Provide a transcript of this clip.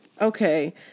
Okay